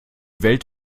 welt